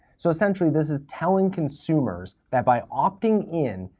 so, essentially, this is telling consumers that by opting in,